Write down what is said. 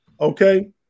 Okay